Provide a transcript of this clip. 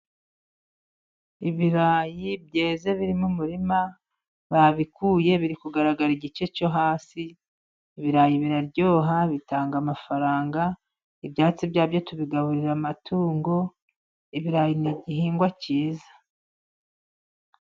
Ibirayi byeze biri mu murima babikuye, biri kugaragara igice cyo hasi, ibirayi biraryoha, bitanga amafaranga, ibyatsi byabyo tubigaburira amatungo, ibirayi nigihingwa cyiza.